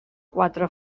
quatre